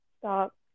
Stop